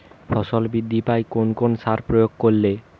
ফসল বৃদ্ধি পায় কোন কোন সার প্রয়োগ করলে?